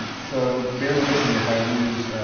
so bear with me if i lose